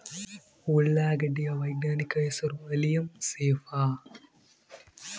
ಉಳ್ಳಾಗಡ್ಡಿ ಯ ವೈಜ್ಞಾನಿಕ ಹೆಸರು ಅಲಿಯಂ ಸೆಪಾ